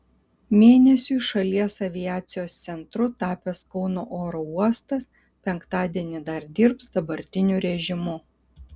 mėnesiui šalies aviacijos centru tapęs kauno oro uostas penktadienį dar dirbs dabartiniu režimu